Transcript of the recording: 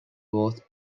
was